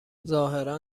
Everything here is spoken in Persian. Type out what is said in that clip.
ظاهرا